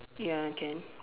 ya can